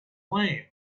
lame